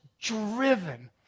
driven